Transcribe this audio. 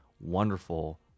wonderful